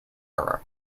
era